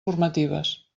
formatives